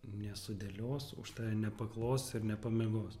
nesudėlios už tave nepaklos ir nepamiegos